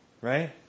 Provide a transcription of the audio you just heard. right